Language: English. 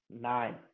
nine